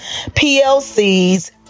PLCs